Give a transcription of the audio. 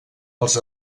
als